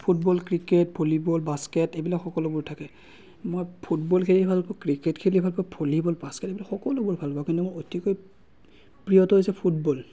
football cricket volleyball basket এইবিলাক সকলোবোৰ থাকে মই ফুটবল খেলি ভাল পাওঁ ক্ৰিকেট খেলি ভাল পাওঁ ভলীবল বাস্কেট এইবিলাক সকলোবোৰ ভাল পাওঁ কিন্তু মই অতিকৈ প্ৰিয়টো হৈছে ফুটবল